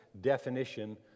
definition